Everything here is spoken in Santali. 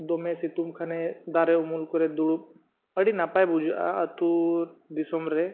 ᱫᱚᱢᱮ ᱥᱤᱛᱩᱝ ᱠᱷᱟᱱᱮ ᱫᱟᱨᱮ ᱩᱢᱩᱞ ᱠᱚᱨᱮ ᱫᱩᱲᱩᱵ ᱟᱹᱰᱤ ᱱᱟᱯᱟᱭ ᱵᱩᱡᱷᱟᱹᱜᱼᱟ ᱟᱹᱛᱩ ᱫᱤᱥᱚᱢ ᱨᱮ